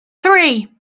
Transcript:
three